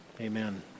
Amen